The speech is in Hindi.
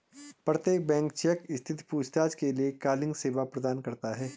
प्रत्येक बैंक चेक स्थिति पूछताछ के लिए कॉलिंग सेवा प्रदान करता हैं